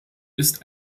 ist